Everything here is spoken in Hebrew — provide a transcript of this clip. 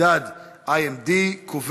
3739 ו-3769 בנושא: מדד IMD קובע: